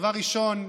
דבר ראשון,